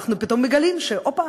אנחנו פתאום מגלים: הופה,